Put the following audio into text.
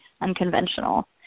unconventional